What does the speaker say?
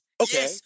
Okay